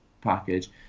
package